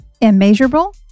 immeasurable